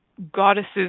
goddesses